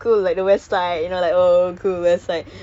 I like nowadays I don't